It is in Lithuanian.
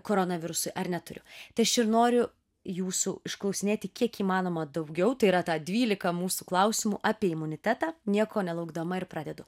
koronavirusui ar neturiu tai aš ir noriu jūsų išklausinėti kiek įmanoma daugiau tai yra tą dvylika mūsų klausimų apie imunitetą nieko nelaukdama ir pradedu